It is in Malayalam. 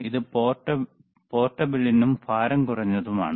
ഇത് പോർട്ടബിലിനും ഭാരം കുറഞ്ഞതുമാണ്